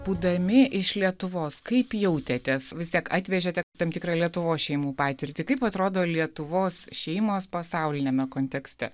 būdami iš lietuvos kaip jautėtės vis tiek atvežėte tam tikrą lietuvos šeimų patirtį kaip atrodo lietuvos šeimos pasauliniame kontekste